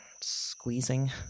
squeezing